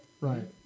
Right